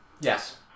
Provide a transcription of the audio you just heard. Yes